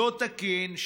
לא תקין,